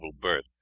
birth